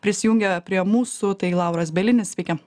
prisijungę prie mūsų tai lauras bielinis sveiki